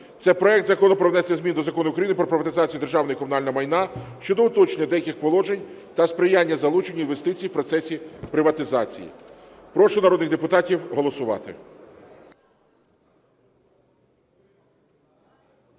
це проект Закону про внесення змін до Закону України “Про приватизацію державного і комунального майна” щодо уточнення деяких положень та сприяння залученню інвестицій в процесі приватизації. Прошу народних депутатів голосувати.